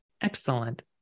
excellent